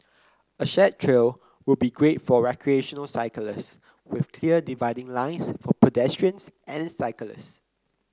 a shared trail would be great for recreational cyclists with clear dividing lines for pedestrians and cyclists